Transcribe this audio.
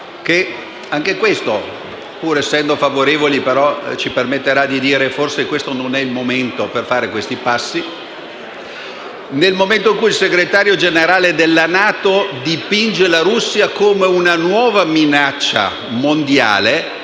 proposta cui siamo favorevoli, ma ci permetterà di dire che forse non è il momento per fare simili passi. È un momento in cui il Segretario Generale della NATO dipinge la Russia come una nuova minaccia mondiale,